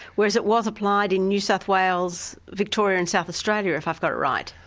whereas it was applied in new south wales, victoria and south australia, if i've got it right.